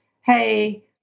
hey